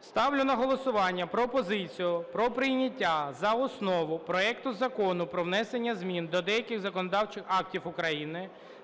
Ставлю на голосування пропозицію про прийняття за основу проекту Закону про внесення змін до деяких законодавчих актів України